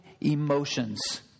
emotions